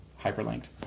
hyperlinked